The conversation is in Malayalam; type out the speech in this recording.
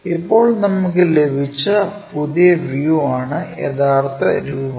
ഇപ്പോൾ നമുക്ക് ലഭിച്ച പുതിയ വ്യൂ ആണ് യഥാർത്ഥ രൂപം